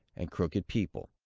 and crooked people.